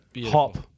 Hop